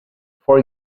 for